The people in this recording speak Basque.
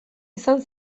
izan